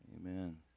Amen